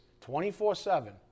24-7